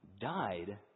died